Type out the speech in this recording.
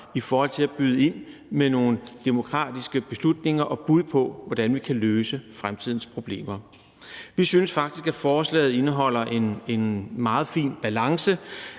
i forhold til at byde ind med nogle demokratiske beslutninger og bud på, hvordan vi kan løse fremtidens problemer. Vi synes faktisk, at forslaget indeholder en meget fin balance.